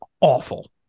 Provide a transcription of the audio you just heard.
awful